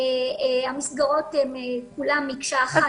שהמסגרות כולן מקשה אחת.